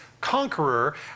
conqueror